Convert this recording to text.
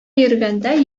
йөргәндә